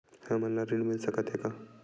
हमन ला ऋण मिल सकत हे का?